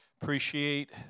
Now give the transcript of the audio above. appreciate